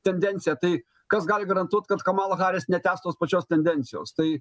tendenciją tai kas gali garantuot kad kamala haris netęs tos pačios tendencijos tai